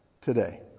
today